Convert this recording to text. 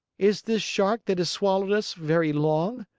is this shark that has swallowed us very long?